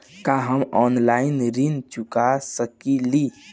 का हम ऑनलाइन ऋण चुका सके ली?